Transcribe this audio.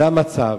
זה המצב.